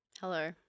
Hello